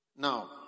Now